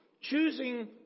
choosing